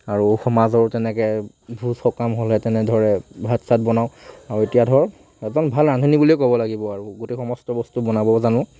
আৰু সমাজৰো তেনেকৈ ভোজ সকাম হ'লে তেনেধৰণে ভাত চাত বনাওঁ আৰু এতিয়া ধৰ একদম ভাল ৰান্ধনি বুলিয়েই ক'ব লাগিব আৰু গোটেই সমস্ত বস্তু বনাবও জানোঁ